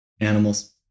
Animals